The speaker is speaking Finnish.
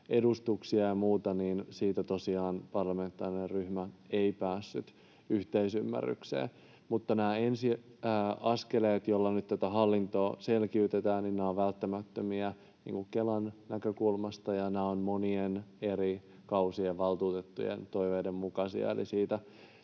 edustuksia ja muita. Siitä tosiaan parlamentaarinen ryhmä ei päässyt yhteisymmärrykseen. Mutta nämä ensi askeleet, joilla nyt tätä hallintoa selkiytetään, ovat välttämättömiä Kelan näkökulmasta, ja nämä ovat monien eri kausien valtuutettujen toiveiden mukaisia.